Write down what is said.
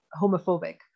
homophobic